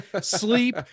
sleep